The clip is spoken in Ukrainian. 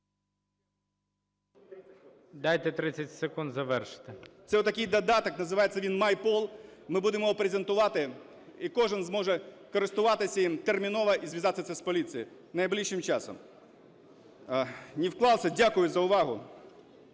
Дайте 30 секунд завершити. АВАКОВ А.Б. Це такий додаток. Називається він My Рol. Ми будемо його презентувати, і кожен зможе користуватися їм терміново і зв'язатися з поліцією найближчим часом. Не вклався. Дякую за увагу.